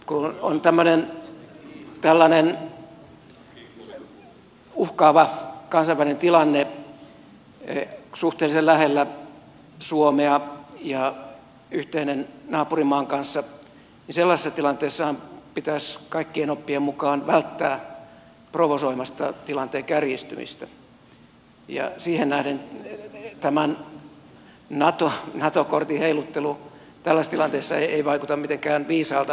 kun on tällainen uhkaava kansainvälinen tilanne suhteellisen lähellä suomea ja yhteinen naapurimaan kanssa niin sellaisessa tilanteessahan pitäisi kaikkien oppien mukaan välttää provosoimasta tilanteen kärjistymistä ja siihen nähden tämän nato kortin heiluttelu tällaisessa tilanteessa ei vaikuta mitenkään viisaalta